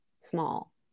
small